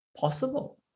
Possible